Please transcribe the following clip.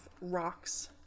rocks